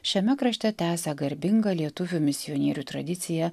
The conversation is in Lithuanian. šiame krašte tęsia garbingą lietuvių misionierių tradiciją